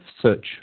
search